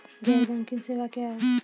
गैर बैंकिंग सेवा क्या हैं?